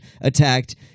attacked